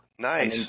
nice